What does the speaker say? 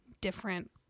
different